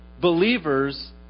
believers